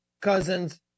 Cousins